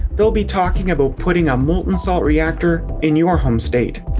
they'll be talking about putting molten-salt reactor in your home state.